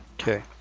Okay